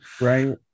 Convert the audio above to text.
Right